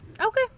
Okay